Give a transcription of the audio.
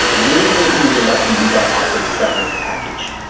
maybe if you were lucky, you got offered a severance package.